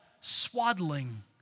swaddling